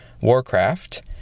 Warcraft